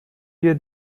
wir